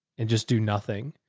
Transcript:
and just do nothing